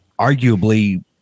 arguably –